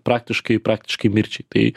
praktiškai praktiškai mirčiai tai